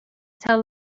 tell